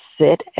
Sit